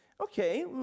Okay